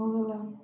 होबे लए